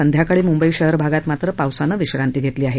संध्याकाळी मुंबई शहर भागात पावसानं विश्रांती घेतली आहे